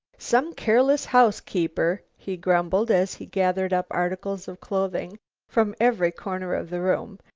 some careless housekeeper! he grumbled as he gathered up articles of clothing from every corner of the room,